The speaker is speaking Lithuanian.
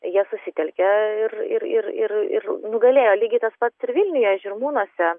jie susitelkia ir ir ir ir nugalėjo lygiai tas pat ir vilniuje žirmūnuose